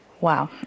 Wow